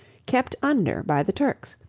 kept under by the turks,